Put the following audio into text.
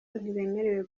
ntibemerewe